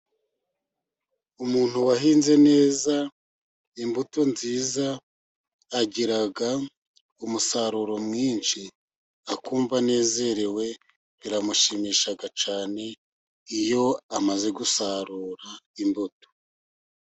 Umuntu wahinze neza imbuto nziza agira umusaruro mwinshi, akumva anezerewe biramushimisha cyane iyo amaze gusarura imbuto.